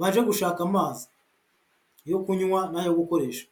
baje gushaka amazi yo kunywa n'ayo gukoresha.